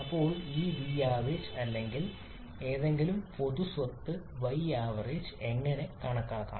ഇപ്പോൾ ഈ vavg അല്ലെങ്കിൽ ഏതെങ്കിലും പൊതു സ്വത്ത് yavg എങ്ങനെ കണക്കാക്കാം